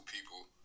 people